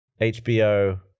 HBO